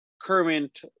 current